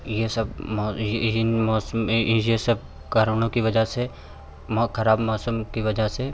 यह सब इसी इसी मौसम में यह सब कारणों की वजह से बहुत खराब मौसम की वजह से